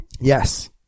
Yes